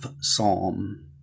psalm